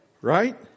right